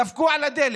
דפקו על הדלת,